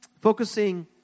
Focusing